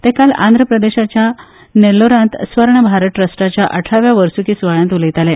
ते काल आंध्र प्रदेशाच्या नेल्लोरांत स्वर्ण भारत ट्रस्टाच्या अठराव्या वर्सुकी सुवाळ्यांत उलयताले